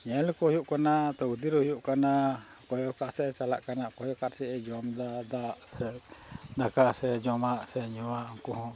ᱧᱮᱞ ᱠᱚ ᱦᱩᱭᱩᱜ ᱠᱟᱱᱟ ᱛᱚᱠᱫᱤᱨᱚᱜ ᱦᱩᱭᱩᱜ ᱠᱟᱱᱟ ᱚᱠᱚᱭ ᱚᱠᱟ ᱥᱮᱫ ᱮ ᱪᱟᱞᱟᱜ ᱠᱟᱱᱟ ᱚᱠᱚᱭ ᱚᱠᱟ ᱥᱮᱫ ᱮ ᱡᱚᱢᱫᱟ ᱫᱟᱜ ᱥᱮ ᱫᱟᱠᱟ ᱥᱮ ᱡᱚᱢᱟᱜ ᱥᱮ ᱧᱩᱣᱟᱜ ᱩᱱᱠᱩ ᱦᱚᱸ